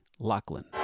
Lachlan